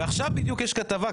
ועכשיו בדיוק יש כתבה,